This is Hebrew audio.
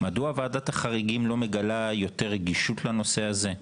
מדוע ועדת החריגים לא מגלה יותר רגישות לנושא הזה,